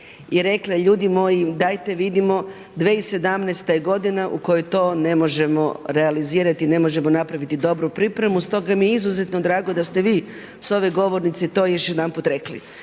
i rekla: Ljudi moji, dajte vidimo, 2017. je godina u kojoj to ne možemo realizirati, ne možemo napraviti dobru pripremu. Stoga mi je izuzetno drago da ste vi s ove govornice to još jedanput rekli.